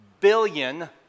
billion